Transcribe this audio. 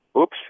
Oops